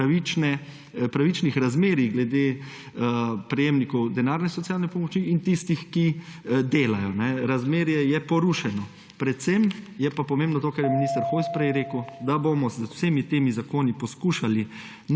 pravičnih razmerij glede prejemnikov denarne socialne pomoči in tistih, ki delajo. Razmerje je porušeno. Predvsem je pa pomembno to, kar je minister Hojs prej rekel, da bomo z vsemi temi zakoni poskušali